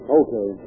okay